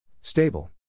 Stable